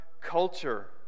culture